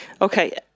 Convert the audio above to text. Okay